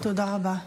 תודה רבה.